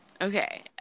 Okay